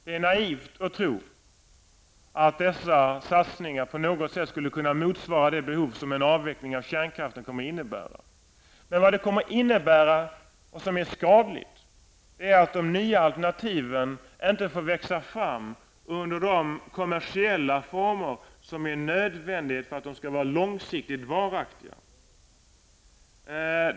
Det är naivt att tro att dessa satsningar på något sätt skulle kunna motsvara det behov som en avveckling av kärnkraften kommer att innebära. Vad det kommer att innebära och vad som är skadligt är att de nya alternativen inte får växa fram under de kommersiella former som är nödvändiga för att de skall bli långsiktigt varaktiga.